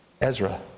Ezra